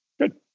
Good